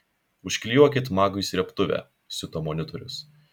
užklijuokit magui srėbtuvę siuto monitorius